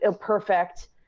perfect